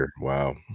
wow